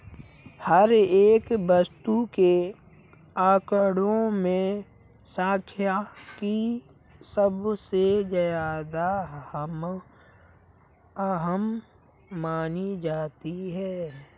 हर एक वस्तु के आंकडों में सांख्यिकी सबसे ज्यादा अहम मानी जाती है